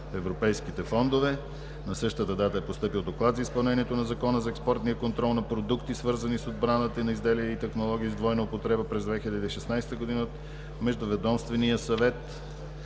европейските фондове. На 2 октомври 2017 г. е постъпил Доклад за изпълнението на Закона за експортния контрол на продукти, свързани с отбраната, и на изделия и технологии с двойна употреба през 2016 г. от Междуведомствения съвет